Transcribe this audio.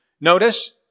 Notice